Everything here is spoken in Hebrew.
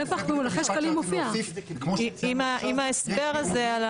עם ההסבר הזה.